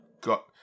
got